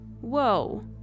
Whoa